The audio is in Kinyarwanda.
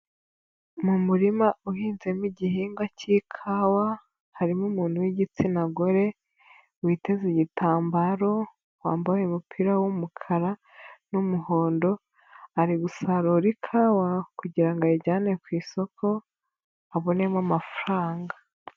Mu murima uhinzemo igihingwa cy'ikawa, harimo umuntu w'igitsina gore, witeze igitambaro, wambaye umupira w'umukara n'umuhondo, ari gusarura ikawa kugira ngo ayijyane ku isoko, abonemo amafaranga.